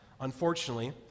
unfortunately